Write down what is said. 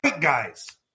guys